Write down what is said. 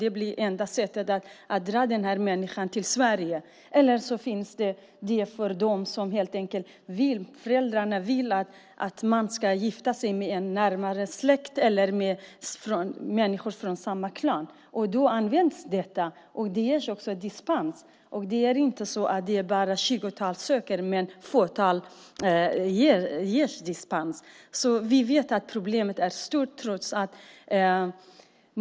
Det blir enda sättet att få den människan till Sverige. Eller det kan finnas en fördom. Föräldrarna vill att man ska gifta sig i en närmare släkt eller med någon från samma klan. Då används detta. Det ges också dispens. Det är inte så att det är ett 20-tal som söker men att bara ett fåtal ges dispens. Vi vet att problemet är stort.